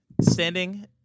standing